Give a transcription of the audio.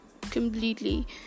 completely